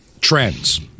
trends